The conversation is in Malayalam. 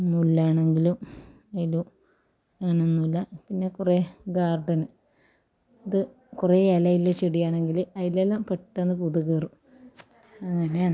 മുള്ളാണെങ്കിലും അതിൽ അങ്ങനെയൊന്നുമില്ല പിന്നെ കുറേ ഗാർഡൻ അത് കുറേ ഇലയുള്ള ചെടിയാണെങ്കിൽ അതിലെല്ലാം പെട്ടെന്ന് പുതു കയറും അങ്ങനെയാണ്